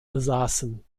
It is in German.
besaßen